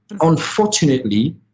unfortunately